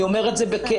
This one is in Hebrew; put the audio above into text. אני אומר את זה בכאב,